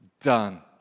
done